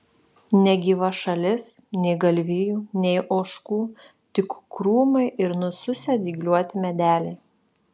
negyva šalis nei galvijų nei ožkų tik krūmai ir nususę dygliuoti medeliai